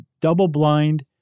double-blind